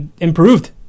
improved